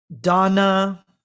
Donna